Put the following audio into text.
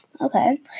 Okay